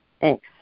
Thanks